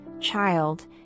child